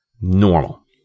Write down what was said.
normal